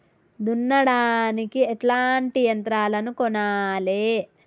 దున్నడానికి ఎట్లాంటి యంత్రాలను కొనాలే?